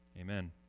amen